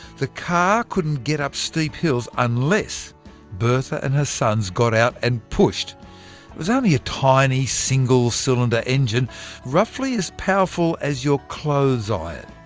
the car couldn't get up steep hills unless bertha and her sons got out and pushed. it was only a tiny single cylinder engine roughly as powerful as your clothes iron.